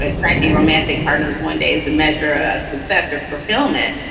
ah frightening romantic partners one day is a measure of success or fulfillment.